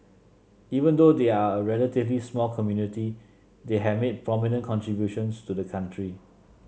even though they are a relatively small community they have made prominent contributions to the country